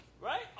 right